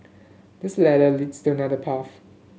this ladder leads to another path